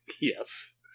yes